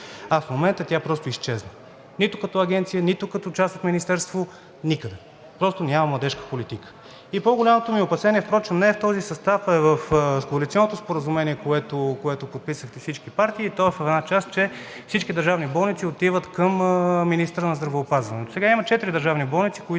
а в момента тя просто изчезна. Нито като агенция, нито като част от министерство – никъде, просто няма младежка политика. По-голямото ми опасение впрочем не е в този състав, а е в коалиционното споразумение, което подписахте всички партии. И то е в една част – че всички държавни болници отиват към министъра на здравеопазването. Сега има четири държавни болници,